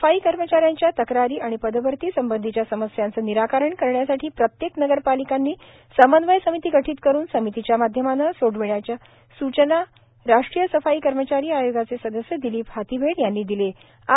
सफाई कर्मचा यांच्या तक्रारी आणि पदभरती संबधीच्या समस्याचं निराकरण करण्यासाठी प्रत्येक नगर पालिकांनी समन्वय समिती गठीत करुन समितीच्या माध्यमानं सोडविण्याच्या स्चना राष्ट्रीय सफाई कर्मचारी आयोगाचे सदस्य दिलीप हाथीबेड यांनी दिलेत